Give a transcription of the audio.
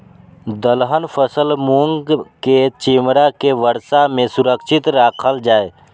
दलहन फसल मूँग के छिमरा के वर्षा में सुरक्षित राखल जाय?